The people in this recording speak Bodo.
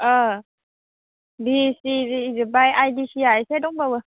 औ बि एस सि जोबबाय आइ दि सि आ एसे दंबावो